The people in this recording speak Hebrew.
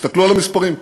תסתכלו על המספרים.